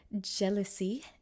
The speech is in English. jealousy